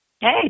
Hey